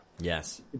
Yes